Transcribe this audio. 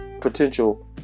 potential